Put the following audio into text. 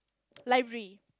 library